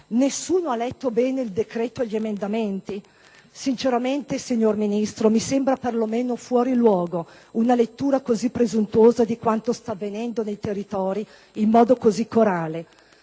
Nessuno ha letto bene il decreto e gli emendamenti? Sinceramente, signor Ministro, mi sembra per lo meno fuori luogo una lettura così presuntuosa di quanto sta avvenendo nei territori in modo così corale.